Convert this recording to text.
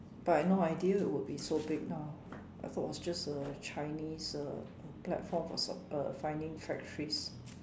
but I no idea it would be so big now I thought it was just a Chinese uh platform for so~ uh finding factories